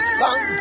thank